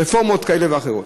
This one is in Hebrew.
רפורמות כאלה ואחרות.